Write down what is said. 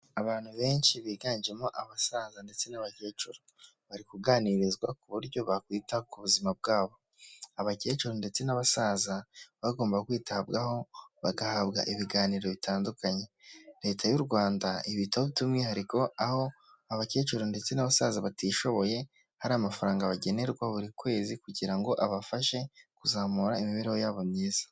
Abantu benshi biganjemo abasaza ndetse n'abakecuru bari kuganirizwa ku buryo bakwita ku buzima bwabo. Abakecuru ndetse n'abasaza bagomba kwitabwaho bagahabwa ibiganiro bitandukanye leta y'u Rwanda ibitaho by'umwihariko aho abakecuru ndetse n'abasaza batishoboye hari amafaranga bagenerwa buri kwezi kugira ngo abafashe kuzamura imibereho yabo myiza.